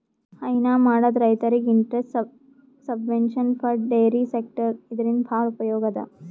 ಹೈನಾ ಮಾಡದ್ ರೈತರಿಗ್ interest subvention for dairy sector ಇದರಿಂದ್ ಭಾಳ್ ಉಪಯೋಗ್ ಅದಾ